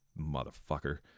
motherfucker